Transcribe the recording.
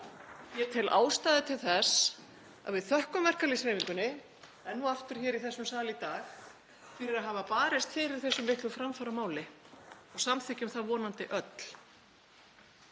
Ég tel ástæðu til þess að við þökkum verkalýðshreyfingunni enn og aftur hér í þessum sal í dag fyrir að hafa barist fyrir þessu mikla framfaramáli og samþykkjum það vonandi öll.